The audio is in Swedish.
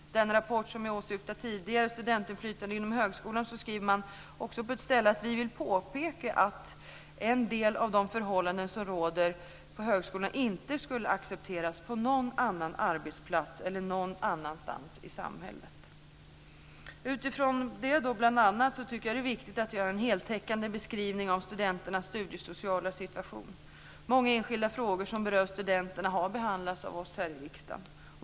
I den rapport som jag åsyftade tidigare, Studieinflytande inom högskolan, skriver man: "Vi vill påpeka att en del av de förhållanden som råder på högskolan inte skulle accepteras på någon annan arbetsplats eller någon annanstans i samhället." Utifrån bl.a. detta är det viktigt att göra en heltäckande beskrivning av studenternas studiesociala situation. Många enskilda frågor som berör studenterna har behandlats av oss här i riksdagen.